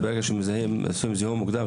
ברגע שעושים זיהוי מקודם,